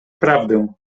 prawdę